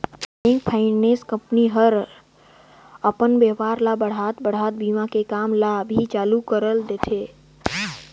bank, finance company ह हर अपन बेपार ल बढ़ात बढ़ात बीमा के काम ल भी चालू कइर देथे